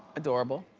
adorable.